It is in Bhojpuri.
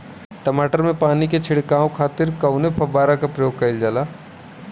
टमाटर में पानी के छिड़काव खातिर कवने फव्वारा का प्रयोग कईल जाला?